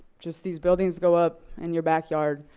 just these buildings go up in your backyard.